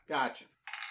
Gotcha